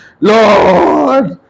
lord